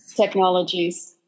technologies